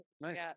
Nice